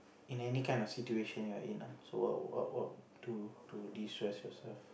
in any kind of situation you're in ah so what what what to to destress yourself